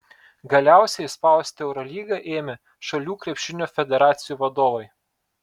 galiausiai spausti eurolygą ėmė šalių krepšinio federacijų vadovai